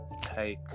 take